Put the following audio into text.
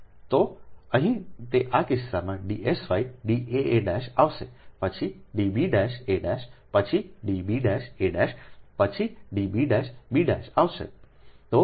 તો અહીં આ કિસ્સામાં તે D s y D a a આવશે પછી D b a પછી D b' a' પછી D b' b' આવશે